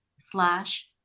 slash